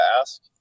ask